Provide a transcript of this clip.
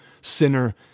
sinner